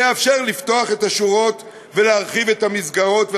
זה יאפשר לפתוח את השורות ולהרחיב את המסגרות,